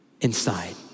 inside